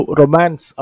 romance